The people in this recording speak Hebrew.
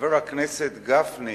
חבר הכנסת גפני